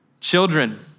children